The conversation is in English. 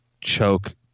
choke